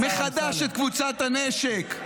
הקימו מחדש את קבוצת הנשק.